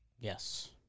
Yes